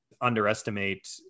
underestimate